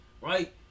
right